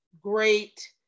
great